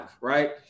right